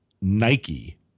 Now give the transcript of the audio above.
Nike